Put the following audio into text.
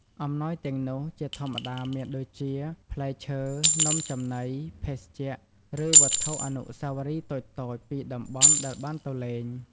អំណោយទាំងនោះជាធម្មតាមានដូចជា ផ្លែឈើ នំចំណី ភេសជ្ជៈ ឬវត្ថុអនុស្សាវរីយ៍តូចៗពីតំបន់ដែលបានទៅលេង។